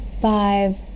five